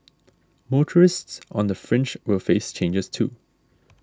motorists on the fringe will face changes too